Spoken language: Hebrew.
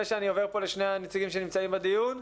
שאני עובר פה לשני הנציגים שנמצאים בדיון?